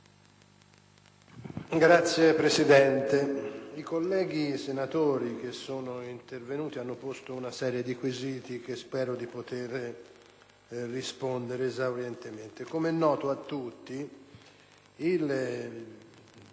Signor Presidente, i colleghi senatori che sono intervenuti hanno posto una serie di quesiti cui spero di poter rispondere esaurientemente. Come è a tutti noto,